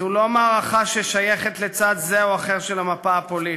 זו לא מערכה ששייכת לצד זה או אחר של המפה הפוליטית,